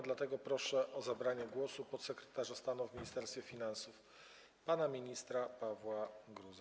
Dlatego proszę o zabranie głosu podsekretarza stanu w Ministerstwie Finansów pana ministra Pawła Gruzę.